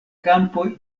kampoj